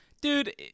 Dude